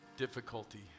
difficulty